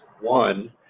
one